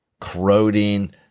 corroding